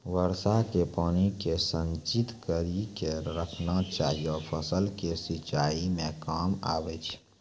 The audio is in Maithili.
वर्षा के पानी के संचित कड़ी के रखना चाहियौ फ़सल के सिंचाई मे काम आबै छै?